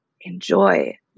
enjoy